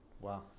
Wow